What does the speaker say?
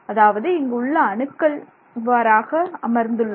அதாவது இங்கு உள்ள அணுக்கள் இவ்வாறாக அமர்ந்துள்ளன